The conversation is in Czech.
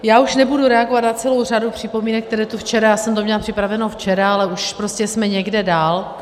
Já už nebudu reagovat na celou řadu připomínek, které tu včera... já jsem to měla připraveno včera, ale už prostě jsme někde dál.